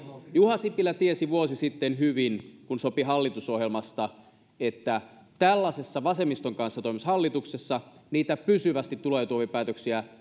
juha sipilä tiesi vuosi sitten hyvin kun sopi hallitusohjelmasta että tällaisessa vasemmiston kanssa toimivassa hallituksessa niitä pysyvästi tuloja tuovia päätöksiä